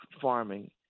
farming